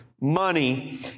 money